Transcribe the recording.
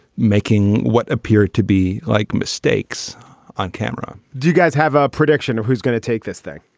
making what appear to be like mistakes on camera do you guys have a prediction of who's going to take this thing?